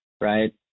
right